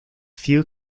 few